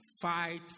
fight